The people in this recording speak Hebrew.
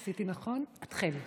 התחל.